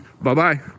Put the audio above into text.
Bye-bye